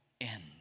end